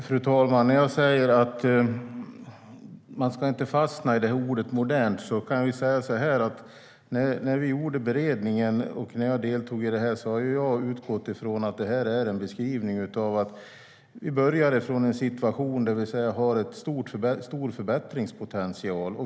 Fru talman! Jag sa att man inte ska fastna i ordet "modernt". När vi gjorde beredningen och jag deltog i detta utgick jag från att detta är en beskrivning av att vi började med en situation där vi har stor förbättringspotential.